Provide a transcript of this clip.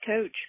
coach